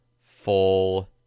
full